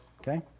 okay